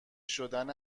شدن